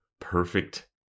perfect